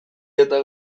eta